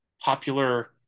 popular